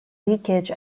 leakage